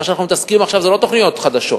מה שאנחנו מתעסקים עכשיו זה לא תוכניות חדשות,